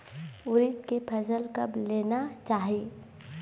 उरीद के फसल कब लेना चाही?